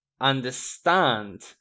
understand